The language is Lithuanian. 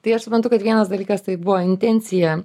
tai aš suprantu kad vienas dalykas tai buvo intencija